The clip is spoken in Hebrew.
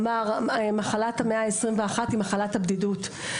אמר: מחלת המאה ה-21 היא מחלת הבדידות.